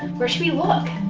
where should we look?